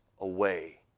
away